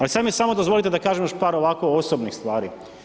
Ali sad mi samo dozvolite da kažem još par ovako osobnih stvari.